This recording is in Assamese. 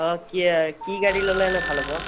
অঁ কি কি গাড়ী ল'লে এনে ভাল হ'ব